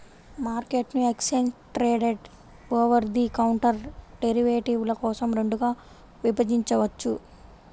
మార్కెట్ను exchange traded, over the counter డెరివేటివ్ల కోసం రెండుగా విభజించవచ్చు